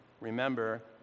Remember